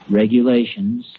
regulations